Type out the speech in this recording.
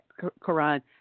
Quran